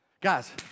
Guys